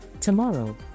Tomorrow